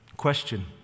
Question